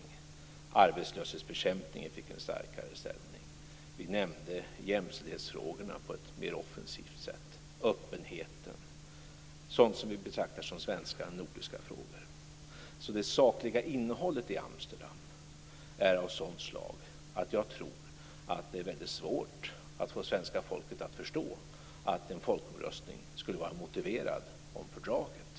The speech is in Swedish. Även arbetslöshetsbekämpningen fick en starkare ställning. Vi nämnde jämställdhetsfrågorna och öppenheten på ett mer offensivt sätt - sådant som vi betraktar som svenska och nordiska frågor. Det sakliga innehållet i Amsterdamfördraget är av sådant slag att jag tror att det är väldigt svårt att få svenska folket att förstå att en folkomröstning skulle vara motiverad av fördraget.